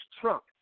Trump